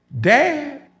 Dad